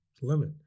limit